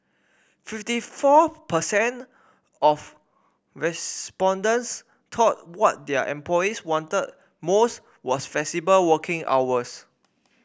fifty four per cent of respondents thought what their employees wanted most was flexible working hours